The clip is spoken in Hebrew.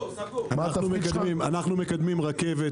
אנחנו מקדמים רכבת